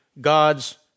God's